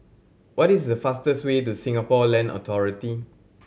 what is the fastest way to Singapore Land Authority